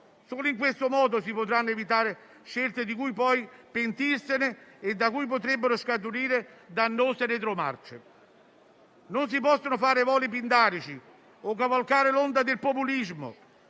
solo in questo modo si potranno evitare scelte di cui poi pentirsi e da cui potrebbero scaturire dannose retromarce. Non si possono fare voli pindarici o cavalcare l'onda del populismo